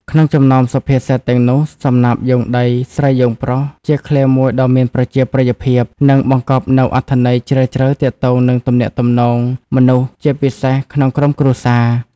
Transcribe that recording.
ក្នុងចំណោមសុភាសិតទាំងនោះ សំណាបយោងដី ស្រីយោងប្រុស ជាឃ្លាមួយដ៏មានប្រជាប្រិយភាព និងបង្កប់នូវអត្ថន័យជ្រាលជ្រៅទាក់ទងនឹងទំនាក់ទំនងមនុស្សជាពិសេសក្នុងក្រុមគ្រួសារ។